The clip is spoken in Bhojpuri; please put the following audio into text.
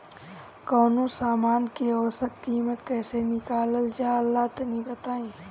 कवनो समान के औसत कीमत कैसे निकालल जा ला तनी बताई?